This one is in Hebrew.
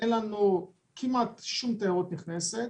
אין לנו כמעט שום תיירות נכנסת